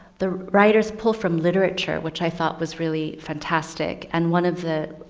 the writers pull from literature, which i thought was really fantastic and one of the